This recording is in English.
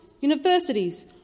universities